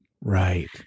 right